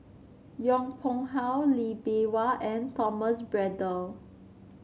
Yong Pung How Lee Bee Wah and Thomas Braddell